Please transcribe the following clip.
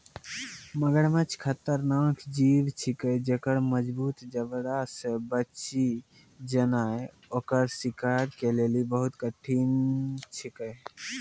मगरमच्छ खतरनाक जीव छिकै जेक्कर मजगूत जबड़ा से बची जेनाय ओकर शिकार के लेली बहुत कठिन छिकै